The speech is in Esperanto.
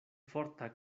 forta